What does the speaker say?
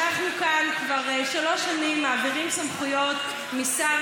אנחנו כאן כבר שלוש שנים מעבירים סמכויות משר